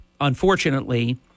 unfortunately